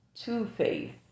Two-faced